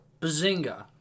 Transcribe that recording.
Bazinga